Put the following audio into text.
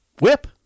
Whip